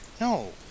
no